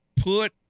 put